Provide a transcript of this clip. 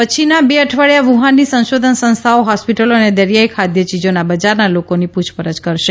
પછીનાં બે અઠવાડિયા વુહાનની સંશોધન સંસ્થાઓ હોસ્પિટલો અને દરિયાઈ ખાદ્ય ચીજોના બજારના લોકોની પૂછપરછ કરશે